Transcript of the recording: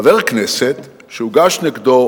חבר כנסת שהוגש נגדו,